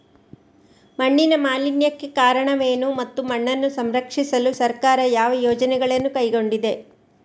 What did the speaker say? ಮಣ್ಣಿನ ಮಾಲಿನ್ಯಕ್ಕೆ ಕಾರಣವೇನು ಮತ್ತು ಮಣ್ಣನ್ನು ಸಂರಕ್ಷಿಸಲು ಸರ್ಕಾರ ಯಾವ ಯೋಜನೆಗಳನ್ನು ಕೈಗೊಂಡಿದೆ?